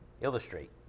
Illustrate